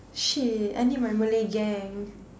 shit I need my Malay gang